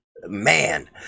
man